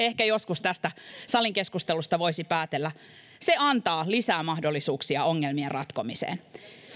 ehkä joskus tämän salin keskustelusta voisi päätellä antaa lisää mahdollisuuksia ongelmien ratkomiseen